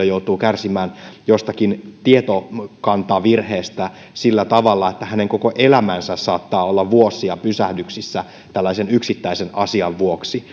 joutuu kärsimään jostakin tietokantavirheestä sillä tavalla että hänen koko elämänsä saattaa olla vuosia pysähdyksissä tällaisen yksittäisen asian vuoksi